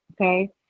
okay